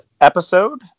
episode